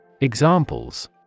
Examples